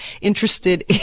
interested